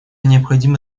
необходимо